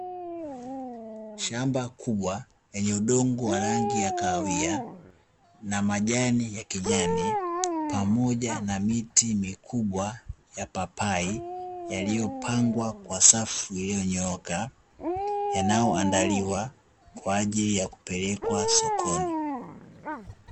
Shamba kubwa lenye udongo wa rangi ya kahawia, na majani ya kijani, pamoja na miti mikubwa ya papai yaliyopangwa kwa safu iliyonyooka, yanayoandaliwa kwa ajili ya kupelekwa sokoni.